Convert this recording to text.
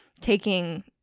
taking